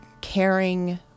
caring